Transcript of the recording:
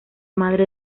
madre